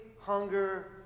hunger